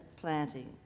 planting